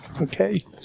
Okay